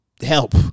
help